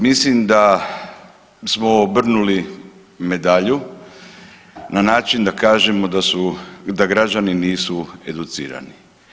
Mislim da smo obrnuli medalju na način da kažemo da su da građani nisu educirani.